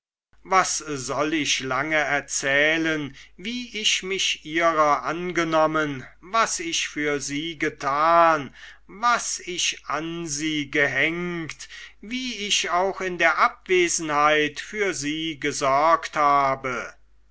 was soll ich lange erzählen wie ich mich ihrer angenommen was ich für sie getan was ich an sie gehängt wie ich auch in der abwesenheit für sie gesorgt habe